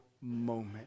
moment